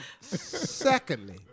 Secondly